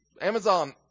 Amazon